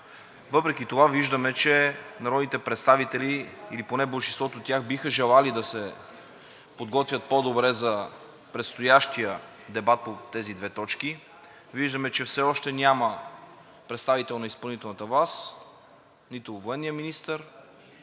въпреки това виждаме, че народните представители, или поне болшинството от тях, биха желали да се подготвят по-добре за предстоящия дебат по тези две точки. Виждаме, че все още няма представител на изпълнителната власт – нито военният министър,